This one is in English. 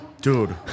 dude